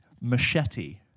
Machete